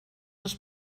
els